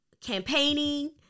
campaigning